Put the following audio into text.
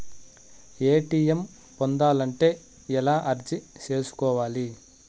ATM పొందాలంటే ఎలా అర్జీ సేసుకోవాలి?